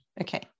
okay